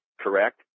correct